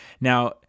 Now